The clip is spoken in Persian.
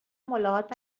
ملاقات